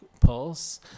pulse